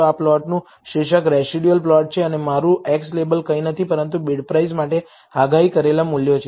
આ પ્લોટનું શીર્ષક રેસિડયુઅલ પ્લોટ છે અને મારું x લેબલ કંઈ નથી પરંતુ બિડપ્રાઇસ માટે આગાહી કરેલ મૂલ્યો છે